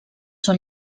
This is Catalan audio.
són